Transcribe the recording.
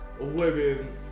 women